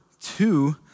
two